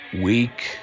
Weak